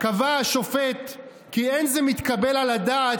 קבע השופט כי אין זה מתקבל על הדעת